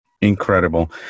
Incredible